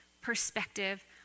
perspective